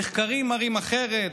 המחקרים מראים אחרת,